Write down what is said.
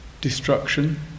destruction